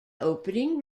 opening